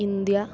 India